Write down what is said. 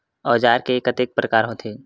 औजार के कतेक प्रकार होथे?